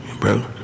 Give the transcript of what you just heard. bro